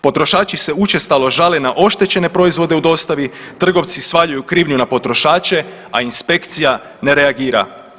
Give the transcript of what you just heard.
Potrošači se učestalo žale na oštećene proizvode u dostavi, trgovci svaljuju krivnju na potrošače, a inspekcija ne reagira.